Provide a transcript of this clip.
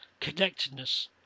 connectedness